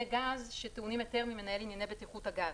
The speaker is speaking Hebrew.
גז שטעונים היתר ממנהל ענייני בטיחות הגז.